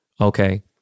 Okay